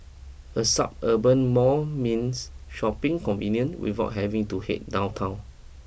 a suburban mall means shopping convenient without having to head downtown